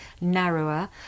narrower